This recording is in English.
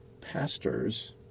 pastors